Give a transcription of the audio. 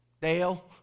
Dale